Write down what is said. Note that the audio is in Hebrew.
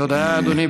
תודה, אדוני.